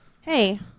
Hey